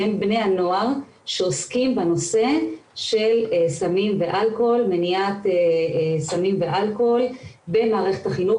שהם בני הנוער שעוסקים בנושא של מניעת סמים ואלכוהול במערכת החינוך.